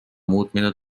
muutmine